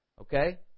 okay